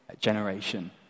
generation